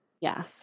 Yes